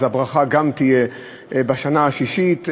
אז הברכה תהיה גם בשנה השישית.